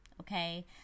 okay